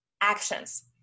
actions